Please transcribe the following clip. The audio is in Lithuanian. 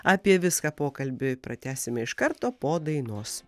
apie viską pokalbį pratęsime iš karto po dainos